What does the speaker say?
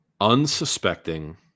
unsuspecting